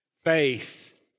faith